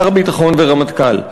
שר הביטחון והרמטכ"ל.